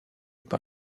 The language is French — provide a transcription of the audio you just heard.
par